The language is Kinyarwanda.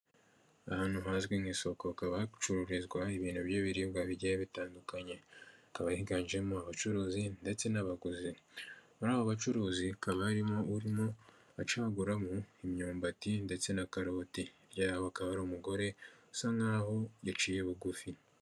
Ahantu hazwi nk'isoko hakaba hacururizwa ibintu by' ibiribwa bigiye bitandukanye, hakaba higanjemo abacuruzi ndetse n'abaguzi muri abo bacuruzi hakaba harimo urimo acaguramo imyumbati ndetse na karoti, hirya yabo hakaba hari umugore usa nkaho yaciye bugufi.